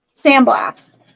sandblast